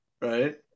right